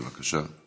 בבקשה,